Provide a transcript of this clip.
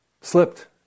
slipped